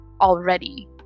already